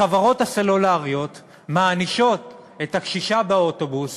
החברות הסלולריות מענישות את הקשישה באוטובוס